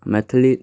Maithili